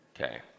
Okay